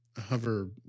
hover